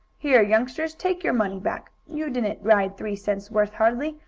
here, youngsters, take your money back. you didn't ride three cents' worth, hardly,